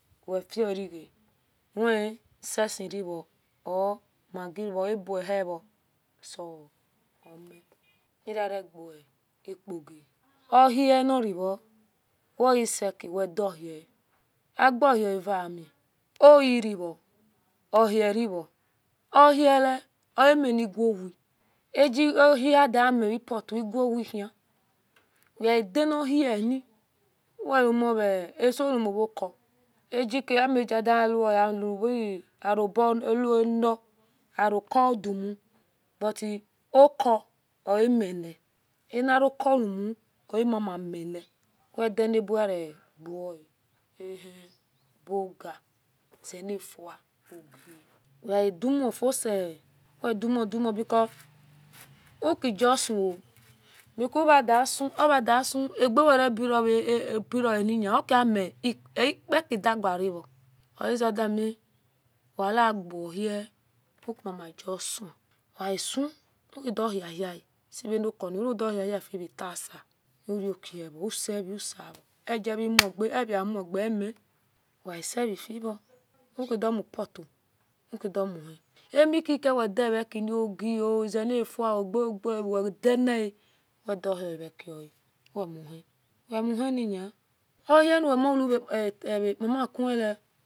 Wefiorge wenia sesiro omaggi rezo or ebuwehiro somi waregie ekogi ohie nrio oeki wedo ohie agahie ave amiohihe revo ohie revo ohie omi le owi aohie anymore put eohie hin wedanahien wuma esoumavoko amegadawo mu arobolo aroko dumo but oku ovnle anarka-umu omama mile wedobiweregole ehien bowga zielafua ogi wedo mufiu seao dumu dumu because ukugasuo ongdasu abeuwe robirova ipakidareo ozwedami wehiohie ukimama gosun asun ukido nahae sivanokunire udohehafivetasa urokiyev usive usavo egevemud aevamuge emi wesivefio ukidomu put ukido muhi emikuke uwe daekin ogi zelafuo guguo uwedania wedohive koa wemuhi weimuhin ohia uwevo muvepa makue